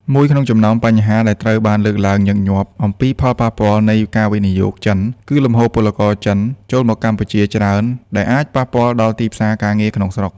មួយក្នុងចំណោមបញ្ហាដែលត្រូវបានលើកឡើងញឹកញាប់អំពីផលប៉ះពាល់នៃការវិនិយោគចិន គឺលំហូរពលករចិនចូលមកកម្ពុជាច្រើន ដែលអាចប៉ះពាល់ដល់ទីផ្សារការងារក្នុងស្រុក។